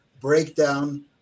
breakdown